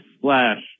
slash